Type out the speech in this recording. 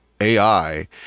AI